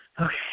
okay